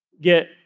get